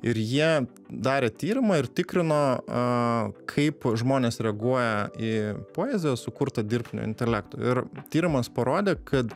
ir jie darė tyrimą ir tikrino kaip žmonės reaguoja į poeziją sukurtą dirbtinio intelekto ir tyrimas parodė kad